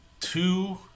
two